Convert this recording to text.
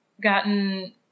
gotten